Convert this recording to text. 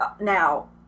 now